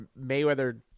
Mayweather